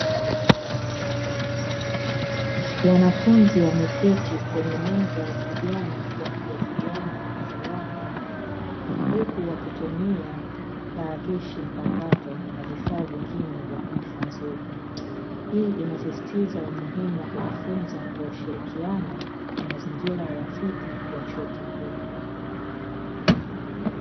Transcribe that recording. Wanafunzi wameketi kwenye meza ya kijani wakijadiliana kwa furaha, huku wakitumia tarakishi mpakato na vifaa vingine vya kujifunzia, hii inasisitiza umuhimu wa kujifunza kwa ushirikiano mazingira rafiki ya chuo kikuu.